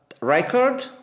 record